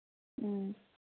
ꯎꯝ